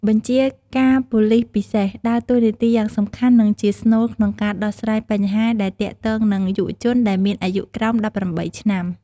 បញ្ជាការប៉ូលិសពិសេស ដើរតួនាទីយ៉ាងសំខាន់ និងជាស្នូលក្នុងការដោះស្រាយបញ្ហាដែលទាក់ទងនឹង យុវជនដែលមានអាយុក្រោម ១៨ ឆ្នាំ។